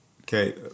Okay